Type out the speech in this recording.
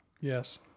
Yes